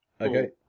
Okay